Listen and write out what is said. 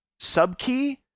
subkey